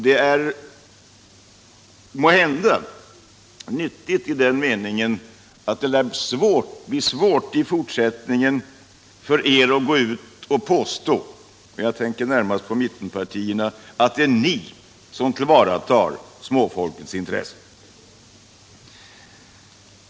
Det är måhända nyttigt i den meningen att det blir svårt i fortsättningen för er att gå ut och påstå — jag tänker närmast på mittenpartierna — att det är ni som tillvaratar småfolkets intressen.